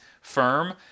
firm